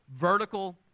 Vertical